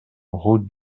route